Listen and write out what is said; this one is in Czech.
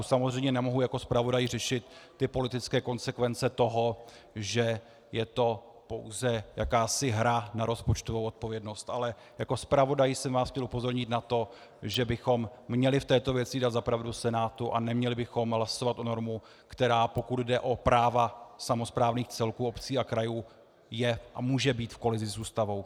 Samozřejmě nemohu jako zpravodaj řešit politické konsekvence toho, že je to pouze jakási hra na rozpočtovou odpovědnost, ale jako zpravodaj jsem vás měl upozornit na to, že bychom v této věci měli dát za pravdu Senátu a neměli bychom hlasovat o normě, která, pokud jde o práva samosprávných celků obcí a krajů je a může být v kolizi s Ústavou.